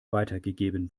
weitergegeben